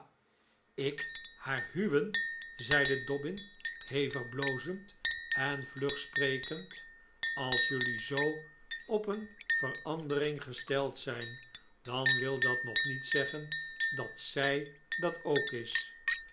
ik haar huwen zeide dobbin hevig blozend en vlug sprekend als jelui zoo op een verandering gesteld zijn dan wil dat nog niet zeggen dat zij dat ook is